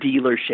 dealership